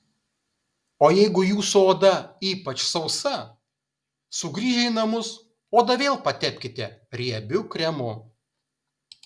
o jeigu jūsų oda ypač sausa sugrįžę į namus odą vėl patepkite riebiu kremu